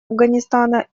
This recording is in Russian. афганистана